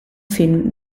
film